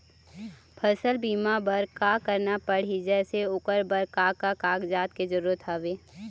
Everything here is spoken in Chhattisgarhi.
फसल बीमा बार का करना पड़ही जैसे ओकर बर का का कागजात के जरूरत हवे?